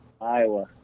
Iowa